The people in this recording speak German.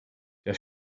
der